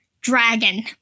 dragon